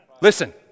Listen